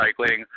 recycling